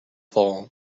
fall